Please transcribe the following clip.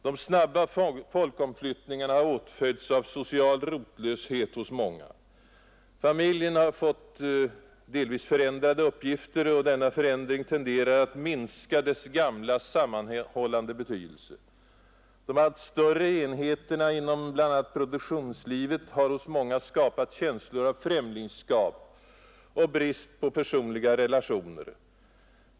De snabba folkomflyttningarna har åtföljts av social rotlöshet hos många. Familjen har fått delvis förändrade uppgifter, och denna förändring tenderar att minska familjens gamla, sammanhållande betydelse. De allt större enheterna inom bl.a. produktionslivet har hos många skapat känslor av främlingskap och brist på personliga relationer.